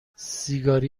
سیگاری